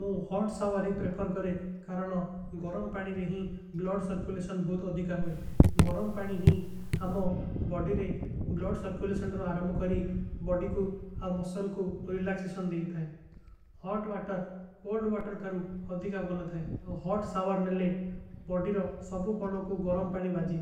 ମୁଝେ hot shower prefer କରେ କାରଣ ଗରମ ପାଣୀ ରେ ହୀ ବ୍ଲଡ ସର୍କୁଲେଶନ। ବହୁତ ଅଧିକା ହୋଈ ଗରମ ପାଣୀ ହୀ ହମୋଂ ବଡୀ ରେ ବ୍ଲଡ ସର୍କୁଲେଶନ ରେ ଆରମ। କରୀ ବଡୀ କୁଛ ଔର ମସଲ କୁଛ ରିଲକ୍ସେଶନ ଦେଈ ଥାଈ ହୋଟ ଵାଟର କଲ୍ଡ। ଵାଟର ଥାରୂ ଅଧିକା ବହୁନ ଥାଈ ହୋଟ ସାଵାର ନେଲେ ବଢୀରୋ ସବୁ କଣୋ କୁଛ। ଗରମ ପାଣୀ ବାଜୀ